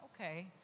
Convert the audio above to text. Okay